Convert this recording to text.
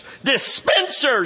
dispensers